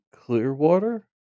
Clearwater